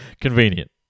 Convenient